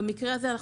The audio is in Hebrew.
במקרה הזה,